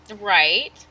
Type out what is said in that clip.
Right